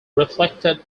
reflected